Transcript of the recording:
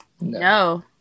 No